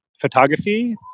photography